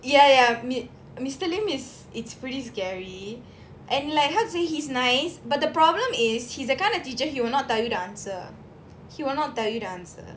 ya ya mister lim is is pretty scary and like how to say he's nice but the problem is he is the kind of teacher he will not tell you the answer he will not tell you the answer